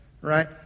Right